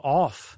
off